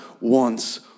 wants